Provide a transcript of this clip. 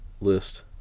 list